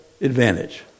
advantage